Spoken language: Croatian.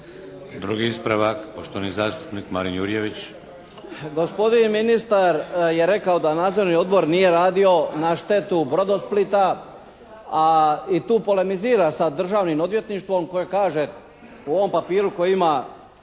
Drugi ispravak poštovani zastupnik Marin Jurjević. **Jurjević, Marin (SDP)** Gospodin ministar je rekao da Nadzorni odbor nije radio na štetu Brodosplita, a i tu polemizira sa Državnim odvjetništvom koje kaže u ovom papiru kojeg ima